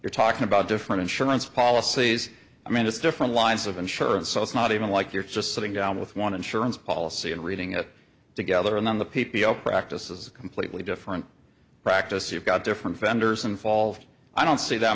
you're talking about different insurance policies i mean it's different lines of insurance so it's not even like you're just sitting down with one insurance policy and reading it together and then the p p o practices a completely different practice you've got different vendors and fall i don't see that